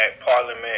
Parliament